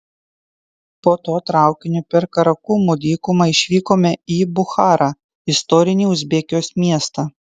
po to traukiniu per karakumų dykumą išvykome į bucharą istorinį uzbekijos miestą